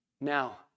Now